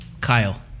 Kyle